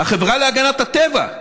החברה להגנת הטבע,